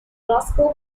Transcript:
roscoe